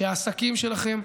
שהעסקים שלכם,